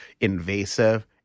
invasive